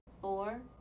four